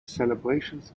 celebrations